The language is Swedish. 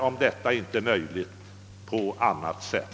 Om detta inte är möjligt hoppas jag att medel anvisas på annat sätt.